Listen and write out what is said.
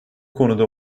konuda